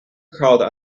crawled